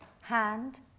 hand